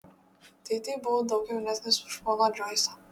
tėtė buvo daug jaunesnis už poną džoisą